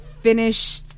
finish